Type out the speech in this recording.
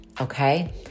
Okay